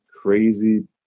crazy